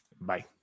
Bye